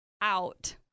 out